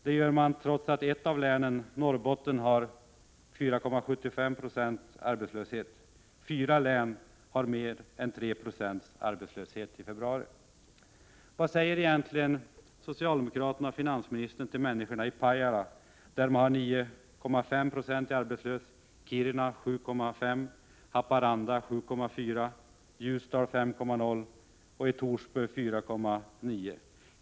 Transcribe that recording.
Detta gör man trots att ett av länen, Norrbottens län, har 4,75 96 arbetslöshet. Fyra län har mer än 3 26 arbetslöshet i februari. Vad säger egentligen socialdemokraterna och finansministern till människorna i Pajala där man har 9,5 96 arbetslöshet, i Kiruna där man har 7,5 Io arbetslöshet, i Haparanda där arbetslösheten är 7,4 90 , i Ljusdal där den är 5,0 90 och i Torsby där den är 4,9 96?